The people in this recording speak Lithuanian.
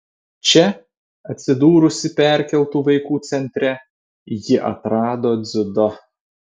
čia atsidūrusi perkeltų vaikų centre ji atrado dziudo